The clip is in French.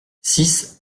six